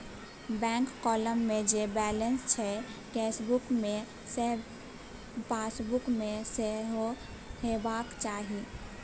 bank column मे जे balance छै केसबुक मे सैह पासबुक मे सेहो हेबाक चाही